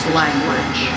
language